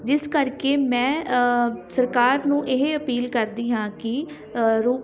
ਜਿਸ ਕਰਕੇ ਮੈਂ ਸਰਕਾਰ ਨੂੰ ਇਹ ਅਪੀਲ ਕਰਦੀ ਹਾਂ ਕਿ ਰੂ